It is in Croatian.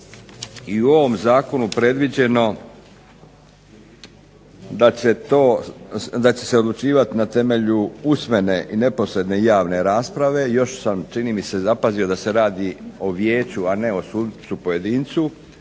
i u ovom Zakonu predviđeno da će se odlučivati na temelju usmene i neposredne javne rasprave i još sam čini mi se zapazio da se radi o vijeću a ne o sucu pojedincu